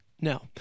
No